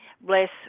bless